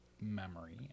memory